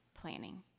planning